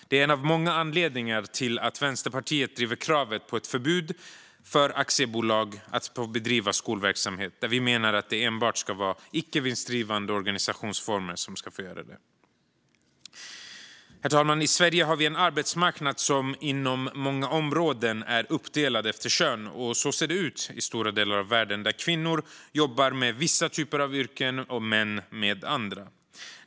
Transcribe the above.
Det är en av många anledningar till att Vänsterpartiet driver kravet på ett förbud för aktiebolag att bedriva skolverksamhet. Vi menar att det enbart ska få bedrivas i icke vinstdrivande organisationsformer. Herr talman! I Sverige har vi en arbetsmarknad som inom många områden är uppdelad efter kön. Så ser det ut i stora delar av världen, där kvinnor jobbar i vissa typer av yrken och män i andra.